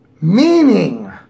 Meaning